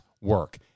work